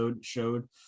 showed